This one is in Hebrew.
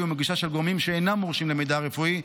ומגישה של גורמים שאינם מורשים למידע הרפואי,